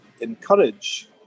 encourage